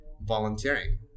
volunteering